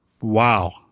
wow